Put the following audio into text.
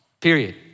period